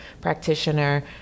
practitioner